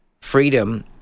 freedom